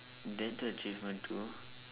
that the achievement too